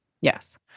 Yes